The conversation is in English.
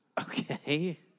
Okay